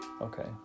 Okay